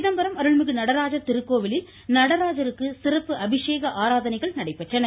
சிதம்பரம் அருள்மிகு நடராஜர் திருக்கோவிலில் நடராஜருக்கு சிறப்பு அபிஷேக ஆராதனைகள் நடைபெற்றன